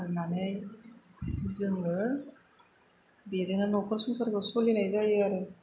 फाननानै जोङो बेजोंनो नखर संसारखौ सोलिनाय जायो आरो